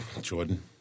Jordan